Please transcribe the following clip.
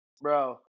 Bro